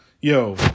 Yo